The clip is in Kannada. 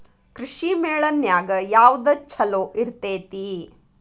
ಕೃಷಿಮೇಳ ನ್ಯಾಗ ಯಾವ್ದ ಛಲೋ ಇರ್ತೆತಿ?